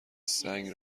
سنگ